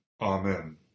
amen